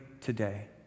today